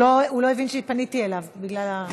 הוא לא הבין שפניתי אליו בגלל זה.